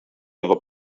other